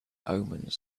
omens